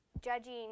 judging